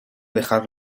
dejar